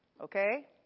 Okay